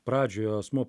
pradžioj asmuo